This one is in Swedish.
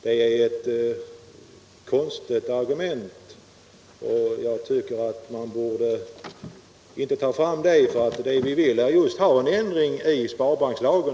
Det är ett konstigt argument, och jag tycker inte att man borde ta fram det, eftersom vad vi vill just är att få till stånd en ändring i sparbankslagen.